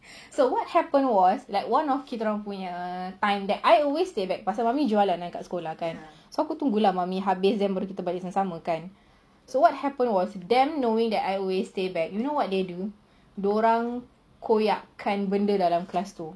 so what happen was like one of kita orang punya time find that I always stay back pasal mummy jualan kan kat sekolah kan so aku tunggu lah mummy habis baru balik sama-sama what happen was them knowing that I always stay back you know what they do dorang koyakkan benda dalam class tu